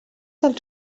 del